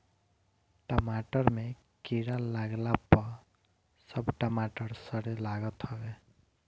टमाटर में कीड़ा लागला पअ सब टमाटर सड़े लागत हवे